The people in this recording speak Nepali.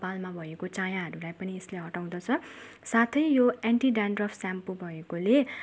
कपालमा भएको चायाहरूलाई पनि यसले हटाउँदछ साथै यो एन्टी डेन्ड्रफ सेम्पू भएकोले